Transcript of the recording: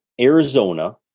Arizona